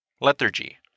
lethargy